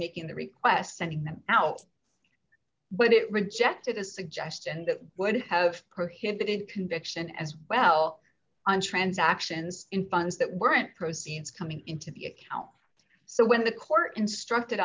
making the request sending them out but it rejected a suggestion that would have prohibited conviction as well on transactions in funds that weren't proceeds coming into the account so when the court instructed